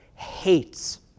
hates